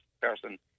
person